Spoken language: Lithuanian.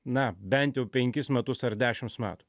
na bent jau penkis metus ar dešims metų